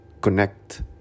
connect